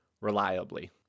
reliably